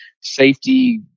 safety